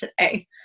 today